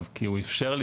ואפילו יהירים,